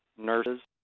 nurses,